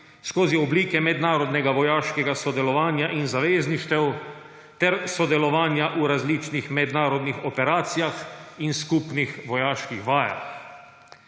skozi oblike mednarodnega vojaškega sodelovanja in zavezništev ter sodelovanja v različnih mednarodnih operacijah in skupnih vojaških vajah.